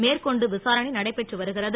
மேற்கொண்டு விசாரணை நடைபெற்று வரு இறது